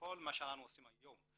כל מה שאנחנו עושים היום.